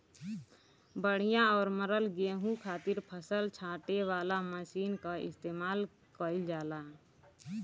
बढ़िया और मरल गेंहू खातिर फसल छांटे वाला मशीन कअ इस्तेमाल कइल जाला